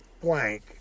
blank